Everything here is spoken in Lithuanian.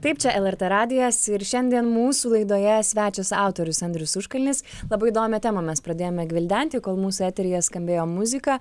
taip čia lrt radijas ir šiandien mūsų laidoje svečias autorius andrius užkalnis labai įdomią temą mes pradėjome gvildenti kol mūsų eteryje skambėjo muzika